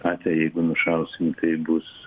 katę jeigu nušausim tai bus